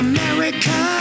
America